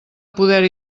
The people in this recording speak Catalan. poder